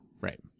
Right